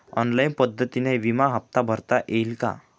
Online पद्धतीने विमा हफ्ता भरता येईल का?